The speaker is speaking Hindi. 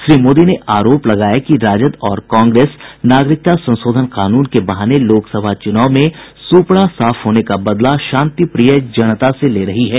श्री मोदी ने आरोप लगाया कि राजद और कांग्रेस नागरिकता संशोधन कानून के बहाने लोकसभा चुनाव में सूपड़ा साफ होने का बदला शांतिप्रिय जनता से ले रही है